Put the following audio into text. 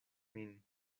min